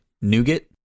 Nougat